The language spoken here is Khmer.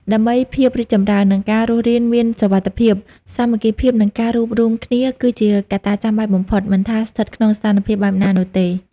ដើម្បីភាពរីកចម្រើន និងការរស់រានមានសុវត្ថិភាព សាមគ្គីភាព និងការរួបរួមគ្នាគឺជាកត្តាចាំបាច់បំផុត មិនថាស្ថិតក្នុងស្ថានភាពបែបណានោះទេ។